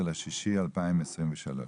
ה-19.06.2023.